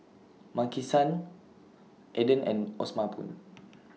Maki San Aden and Osama Spoon